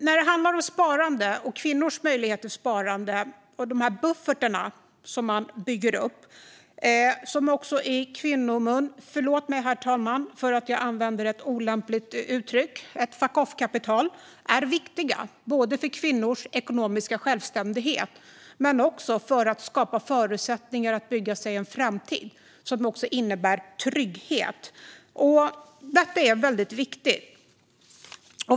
När det handlar om sparande och kvinnors möjlighet till sparande vill jag säga att de buffertar som man bygger upp och som i kvinnomun kallas för - förlåt mig, herr talman, för att jag använder ett olämpligt uttryck - fuck-off-kapital är viktiga både för kvinnors ekonomiska självständighet och för att skapa förutsättningar för att bygga sig en framtid som också innebär trygghet. Detta är väldigt viktigt.